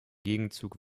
gegenzug